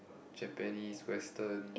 Japanese Western